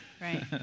right